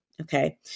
okay